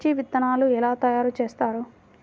మిర్చి విత్తనాలు ఎలా తయారు చేస్తారు?